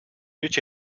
uurtje